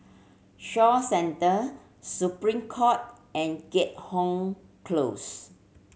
Shaw Centre Supreme Court and Keat Hong Close